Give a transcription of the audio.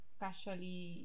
casually